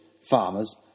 farmers